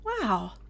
wow